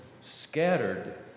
scattered